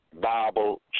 Bible